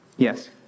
Yes